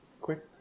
Quick